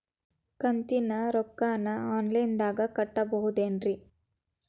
ಕಂತಿನ ರೊಕ್ಕನ ಆನ್ಲೈನ್ ದಾಗ ಕಟ್ಟಬಹುದೇನ್ರಿ?